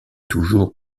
toujours